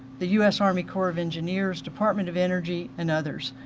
the u s. army corps of engineers, department of energy and others.